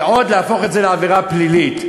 ועוד להפוך את זה לעבירה פלילית?